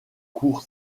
cour